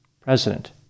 president